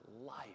life